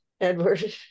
Edward